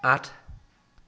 আঠ